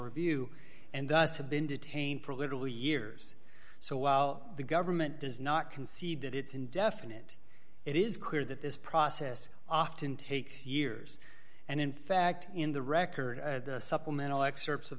review and thus have been detained for literally years so while the government does not concede that it's indefinite it is clear that this process often takes years and in fact in the record supplemental excerpts of